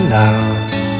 love